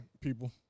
people